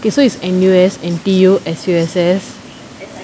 okay so is N_U_S N_T_U S_U_S_S